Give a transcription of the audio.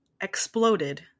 exploded